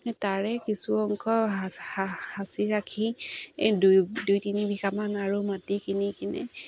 তাৰে কিছু অংশ সাঁচি ৰাখি এই দুই দুই তিনি বিঘামান আৰু মাটি কিনি কিনে